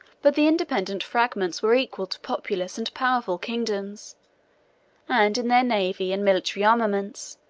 but the independent fragments were equal to populous and powerful kingdoms and in their naval and military armaments,